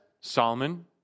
Solomon